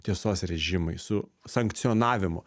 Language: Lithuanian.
tiesos režimais su sankcionavimu